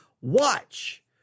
watch